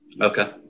Okay